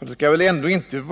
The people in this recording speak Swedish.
Man skall väl ändå inte